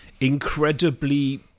incredibly